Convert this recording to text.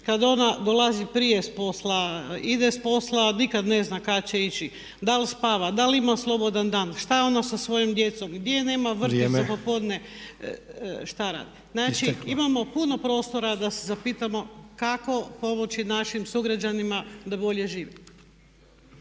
kada ona dolazi prije s posla, ide s posla, nikad ne zna kada će ići, da li spava, da li ima slobodan dan, šta je ona sa svojom djecom, gdje nema vrtić za popodne, šta radi. Znači imamo puno prostora da se zapitamo kako povući našim sugrađanima da bolje žive.